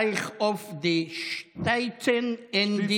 שטיצן.